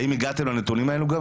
האם הגעתם לנתונים האלה?